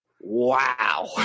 Wow